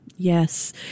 Yes